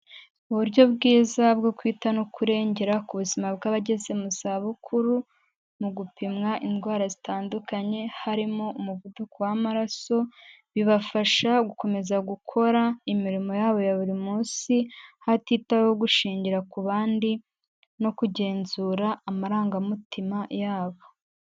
Uburyo bwiza bwo kwita no kurengera ku buzima bw'abageze mu zabukuru mu gupimwa indwara zitandukanye, harimo umuvuduko w'amaraso bibafasha gukomeza gukora imirimo yabo ya buri munsi hatitaweho gushingira ku bandi no kugenzura amarangamutima yabo.